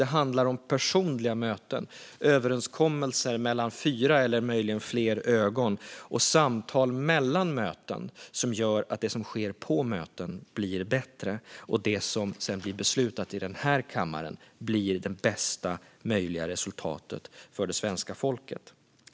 Det handlar om personliga möten, överenskommelser mellan fyra eller möjligen fler ögon och samtal mellan möten. Dessa gör att det som sker under mötena blir bättre och att det som sedan beslutas i den här kammaren blir det bästa möjliga resultatet för svenska folket.